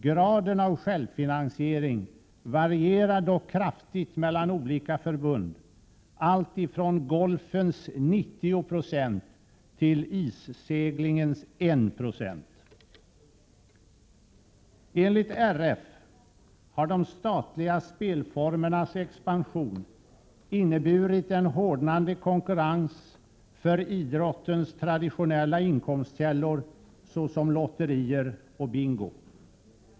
Graden av självfinansiering varierar dock kraftigt mellan olika förbund, alltifrån golfens 90 9 till isseglingens 196; Enligt RF har de statliga spelformernas expansion inneburit en hårdnande konkurrens för idrottens traditionella inkomstkällor, såsom lotterier och bingo.